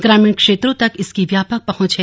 ग्रामीण क्षेत्रों तक इसकी व्यापक पहुंच है